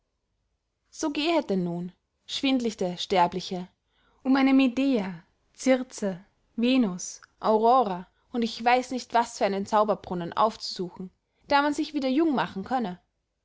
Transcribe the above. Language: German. so gehet denn nun schwindlichte sterbliche um eine medea circe venus aurora und ich weiß nicht was für einen zauberbrunnen aufzusuchen da man sich wieder jung machen könne